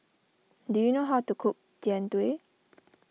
do you know how to cook Jian Dui